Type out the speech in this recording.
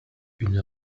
une